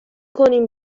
کنیم